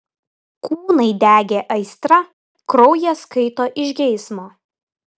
kūnai degė aistra kraujas kaito iš geismo